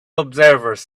observers